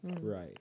Right